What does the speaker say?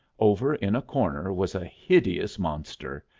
over in a corner was a hideous monster,